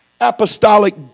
Apostolic